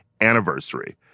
anniversary